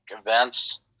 events